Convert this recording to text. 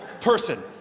person